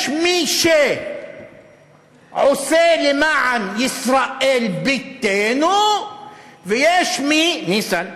יש מי שעושה למען ישראל ביתנו ויש מי, ניסן,